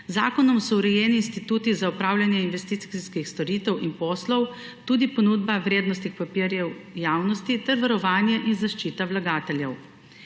zakonom so urejeni instituti za opravljanje investicijskih storitev in poslov, tudi ponudba vrednostnih papirjev javnosti ter varovanje in zaščita vlagateljev.